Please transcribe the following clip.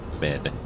men